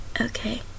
Okay